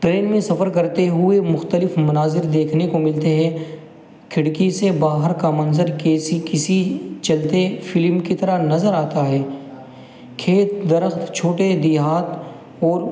train میں سفر کرتے ہوئے مختلف مناظر دیکھنے کو ملتے ہیں کھڑکی سے باہر کا منظر کیسی کسی چلتے فلم کی طرح نظر آتا ہے کھیت درخت چھوٹے دیہات اور